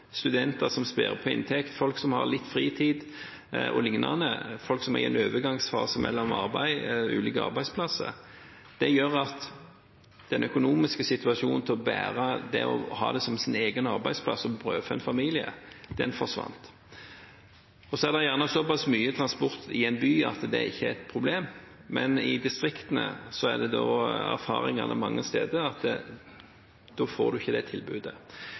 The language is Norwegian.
studenter som sper på inntekten, folk som har litt fritid, folk som er i en overgangsfase mellom ulike arbeidsplasser o.l. Det gjør at den økonomiske situasjonen til å bære det å ha det som sin egen arbeidsplass og brødfø en familie, den forsvant. Det er gjerne såpass mye transport i en by at det ikke er et problem, men i distriktene er erfaringene mange steder at da får man ikke det tilbudet.